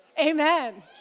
Amen